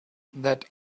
that